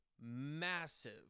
massive